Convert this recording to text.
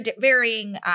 varying